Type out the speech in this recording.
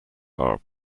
are